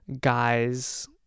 guys